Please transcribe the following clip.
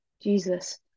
jesus